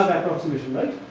approximation right.